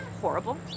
horrible